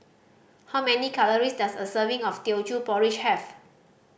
how many calories does a serving of Teochew Porridge have